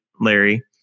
Larry